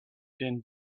din